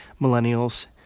millennials